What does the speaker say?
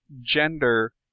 gender